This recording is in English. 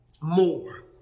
more